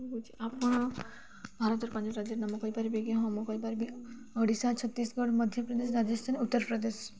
ଆପଣ ଭାରତର ପାଞ୍ଚ ରାଜ୍ୟର ନାମ କହିପାରିବେ କି ହଁ ମୁଁ କହିପାରିବି ଓଡ଼ିଶା ଛତିଶଗଡ଼ ମଧ୍ୟପ୍ରଦେଶ ରାଜସ୍ଥାନ ଉତ୍ତରପ୍ରଦେଶ